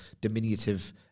diminutive